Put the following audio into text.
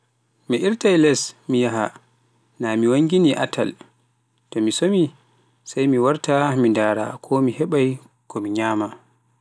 Mi irtai les mi yahha naa mi wanngini atal, to mi somi sai warta mi ndara ko mi hebai ko min nyama.